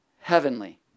heavenly